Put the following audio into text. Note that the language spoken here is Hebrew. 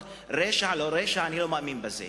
רשע לא רשע, אני לא מאמין בזה.